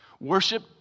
Worship